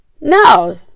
no